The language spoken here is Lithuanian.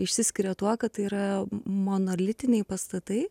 išsiskiria tuo kad tai yra monolitiniai pastatai